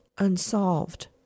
Unsolved